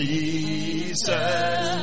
Jesus